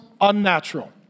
unnatural